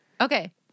Okay